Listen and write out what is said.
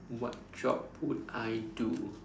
what job would I do